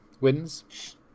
Wins